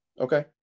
Okay